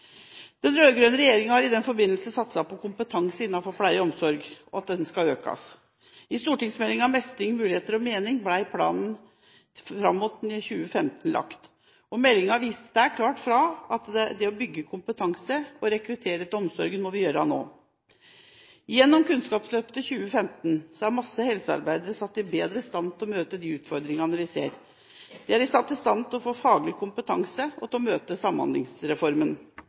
Den rød-grønne regjeringen har i den forbindelse satset på at kompetansen innen pleie og omsorg skal økes. I St.meld. nr. 25 for 2005–2006, Mestring, muligheter og mening, ble planene fram mot 2015 lagt, og meldingen sa klart fra at det å bygge ut kompetanse og rekruttere til omsorgen må vi gjøre nå. Gjennom Kompetanseløftet 2015 er masse helsearbeidere satt i bedre stand til å møte de utfordringene vi ser, de er gjennom å få faglig kompetanse satt i stand til å møte Samhandlingsreformen.